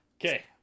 Okay